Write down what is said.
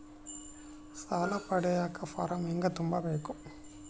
ಸಾಲ ಪಡಿಯಕ ಫಾರಂ ಹೆಂಗ ತುಂಬಬೇಕು?